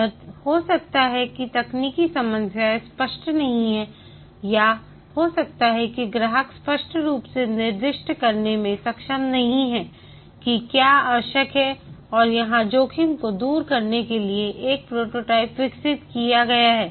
यह हो सकता है तकनीकी समस्याएँ स्पष्ट नहीं हैं यह हो सकता है कि ग्राहक स्पष्ट रूप से निर्दिष्ट करने में सक्षम नहीं है की क्या आवश्यक है और यहां जोखिम को दूर करने के लिए एक प्रोटोटाइप विकसित किया गया है